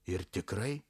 ir tikrai